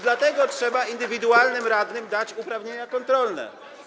Dlatego trzeba indywidualnym radnym dać uprawnienia kontrolne.